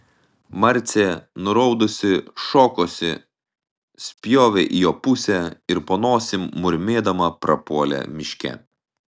marcė nuraudusi šokosi spjovė į jo pusę ir po nosim murmėdama prapuolė miške